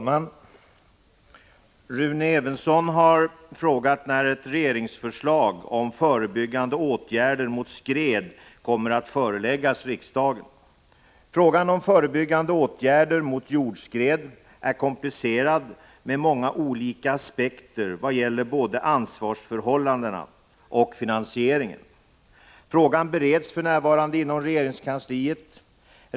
Fru talman! Rune Evensson har frågat när ett regeringsförslag om förebyggande åtgärder mot skred kommer att föreläggas riksdagen. Frågan om förebyggande åtgärder mot jordskred är komplicerad med många olika aspekter vad gäller både ansvarsförhållandena och finansieringen. Frågan bereds för närvarande inom regeringskansliet.